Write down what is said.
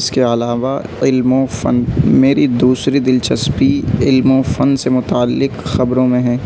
اس کے علاوہ علم و فن میری دوسری دلچسپی علم و فن سے متعلق خبروں میں ہے